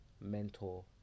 mentor